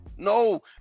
No